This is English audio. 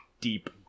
deep